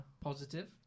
positive